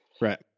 Right